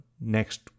next